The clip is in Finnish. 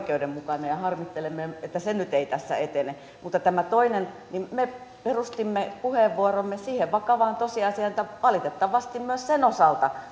olisi ollut aivan oikeudenmukainen ja harmittelemme että se nyt ei tässä etene mutta tämä toinen me perustimme puheenvuoromme siihen vakavaan tosiasiaan että valitettavasti myös sen osalta